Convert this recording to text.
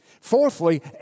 Fourthly